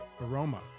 aroma